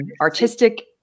artistic